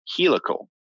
helical